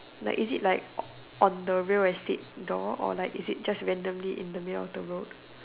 like is it like um on the real estate door or like is it just randomly in the middle of the road